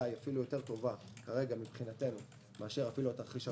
אפילו טובה יותר מבחינתנו מאשר התרחיש.